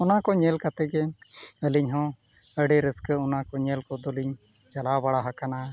ᱚᱱᱟ ᱠᱚ ᱧᱮᱞ ᱠᱟᱛᱮᱫ ᱜᱮ ᱟᱹᱞᱤᱧ ᱦᱚᱸ ᱟᱹᱰᱤ ᱨᱟᱹᱥᱠᱟᱹ ᱚᱱᱟ ᱠᱚ ᱧᱮᱞ ᱠᱚᱫᱚᱞᱤᱧ ᱪᱟᱞᱟᱣ ᱵᱟᱲᱟ ᱟᱠᱟᱱᱟ